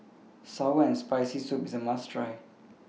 Sour and Spicy Soup IS A must Try